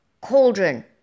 cauldron